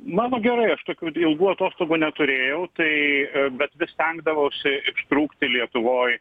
na nu gerai aš tokių dilgų atostogų neturėjau tai bet vis stengdavausi ištrūkti lietuvoj